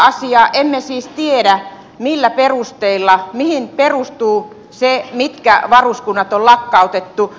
emme siis tiedä millä perusteilla mihin perustuu se mitkä varuskunnat on lakkautettu